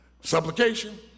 Supplication